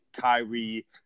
Kyrie